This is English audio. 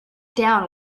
down